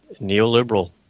neoliberal